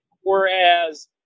whereas